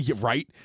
right